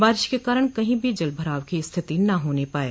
बारिश के कारण कहीं भी जल भराव की स्थिति न होने पाये